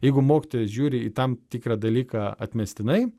jeigu mokytojas žiūri į tam tikrą dalyką atmestinai